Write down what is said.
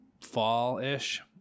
fall-ish